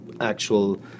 actual